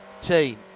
team